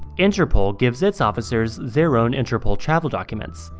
interpol gives its officers their own interpol travel documents,